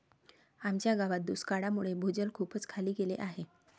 आमच्या गावात दुष्काळामुळे भूजल खूपच खाली गेले आहे